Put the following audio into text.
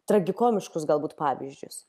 tragikomiškus galbūt pavyzdžius